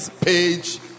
page